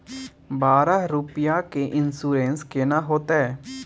बारह रुपिया के इन्सुरेंस केना होतै?